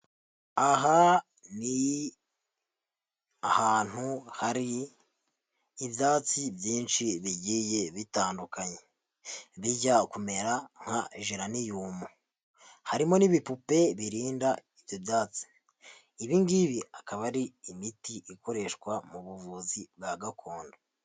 Aha ni ahantu hari ibyatsi byinshi bigiye bitandukanye, bijya kumera nka jeraniyumu, harimo n'ibipupe birinda ibyo byatsi, ibi ngibi akaba ari imiti ikoreshwa mu buvuzi bwa gakondo.